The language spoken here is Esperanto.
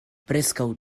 preskaŭ